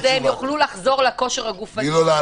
הם יוכלו לחזור ולהיות בכושר גופני.